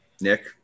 Nick